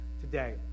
today